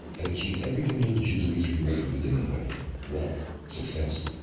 had achieved everything most jews of eastern europe had been died wealth, success,